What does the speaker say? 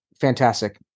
fantastic